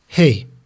Hey